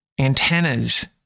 antennas